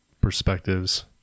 perspectives